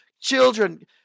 children